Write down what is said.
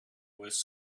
was